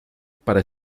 para